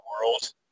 world